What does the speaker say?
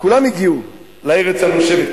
כולם הגיעו לארץ הנושבת.